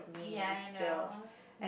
ya I know